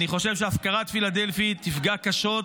אני חושב שהפקרת פילדלפי תפגע קשות,